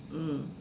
mm